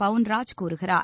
பவுன்ராஜ் கூறுகிறார்